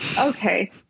Okay